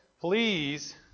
please